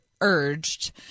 urged